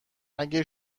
اگه